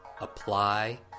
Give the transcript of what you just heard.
Apply